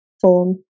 form